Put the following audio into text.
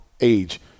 age